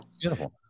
beautiful